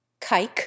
Kike